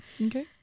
Okay